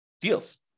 deals